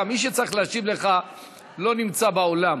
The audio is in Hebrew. מי שצריך להשיב לך לא נמצא באולם.